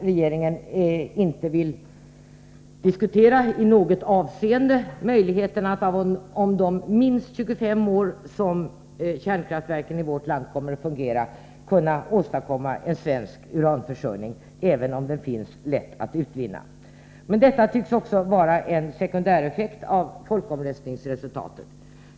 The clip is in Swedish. Regeringen vill kanske inte i något avseende diskutera möjligheten att under de minst 25 år som kärnkraftverken i vårt land kommer att fungera åstadkomma en svensk försörjning med uran, även om en sådan lätt kan utvinnas. Detta tycks vara en sekundäreffekt av folkomröstningsresultatet.